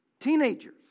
Teenagers